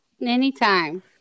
Anytime